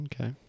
okay